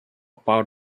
part